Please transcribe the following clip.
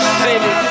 city